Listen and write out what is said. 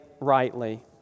rightly